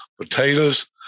potatoes